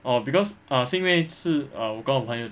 oh because ah 是因为是 ah 我跟我朋友